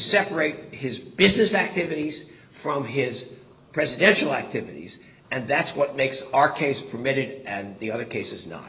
separate his business activities from his presidential activities and that's what makes our case permitted and the other cases no